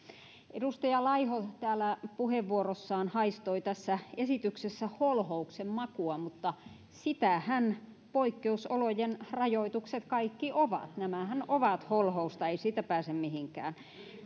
edustaja laiho täällä puheenvuorossaan haistoi tässä esityksessä holhouksen makua mutta sitähän poikkeusolojen rajoitukset kaikki ovat nämähän ovat holhousta ei siitä pääse mihinkään